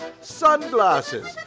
Sunglasses